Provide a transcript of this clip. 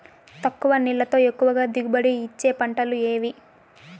తక్కువ నీళ్లతో ఎక్కువగా దిగుబడి ఇచ్చే పంటలు ఏవి?